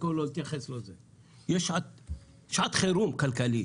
יש שעת חירום כלכלית.